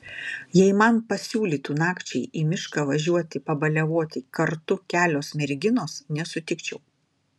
jei man pasiūlytų nakčiai į mišką važiuoti pabaliavoti kartu kelios merginos nesutikčiau